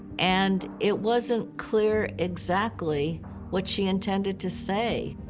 and it wasn't clear exactly what she intended to say.